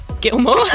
Gilmore